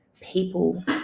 people